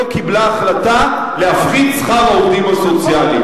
לא קיבלה החלטה להפחית את שכר העובדים הסוציאליים.